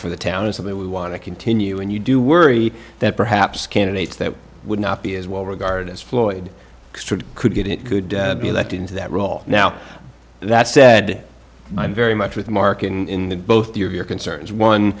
for the town is something we want to continue and you do worry that perhaps candidates that would not be as well regarded as floyd could get it could be elected into that role now that said i'm very much with mark in both your concerns on